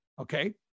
okay